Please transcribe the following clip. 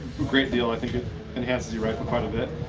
great deal. i think it enhances your rifle quite a bit.